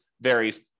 varies